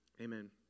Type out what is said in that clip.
Amen